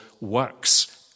works